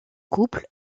couple